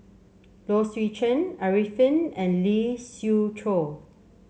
Low Swee Chen Arifin and Lee Siew Choh